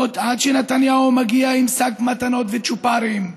עד שנתניהו מגיע עם שק מתנות וצ'ופרים,